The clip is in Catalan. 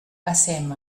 passem